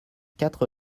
quatre